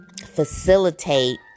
facilitate